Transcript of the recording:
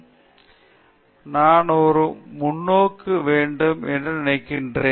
எனவே நான் ஒரு நல்ல முன்னோக்கு வேண்டும் என்று நினைக்கிறேன்